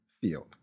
field